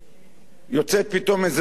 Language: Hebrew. יוצאת פתאום איזו הודעה,